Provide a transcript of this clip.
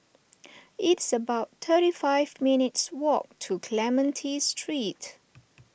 it's about thirty five minutes' walk to Clementi Street